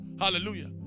hallelujah